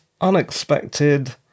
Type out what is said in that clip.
unexpected